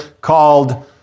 called